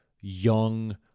young